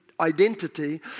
identity